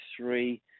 three